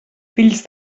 fills